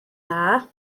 dda